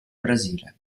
brasile